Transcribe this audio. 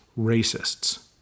racists